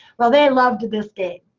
well, they loved this game.